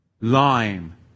lime